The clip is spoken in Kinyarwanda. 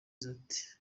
ati